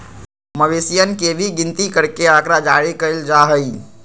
मवेशियन के भी गिनती करके आँकड़ा जारी कइल जा हई